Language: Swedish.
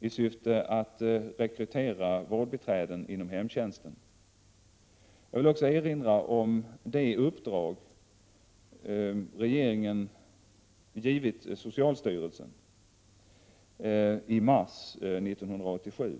i syfte att rekrytera vårdbiträden inom hemtjänsten. Jag vill också erinra om det uppdrag regeringen givit socialstyrelsen i mars 1987.